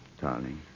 Darling